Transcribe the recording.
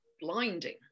blinding